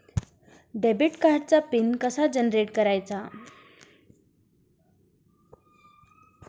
Debit कार्डचा PIN कसा generate करायचा?